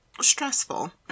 stressful